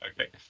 Okay